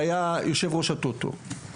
שהיה יושב ראש הטוטו.